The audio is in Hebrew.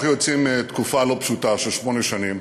אנחנו יוצאים מתקופה לא פשוטה של שמונה שנים.